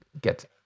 get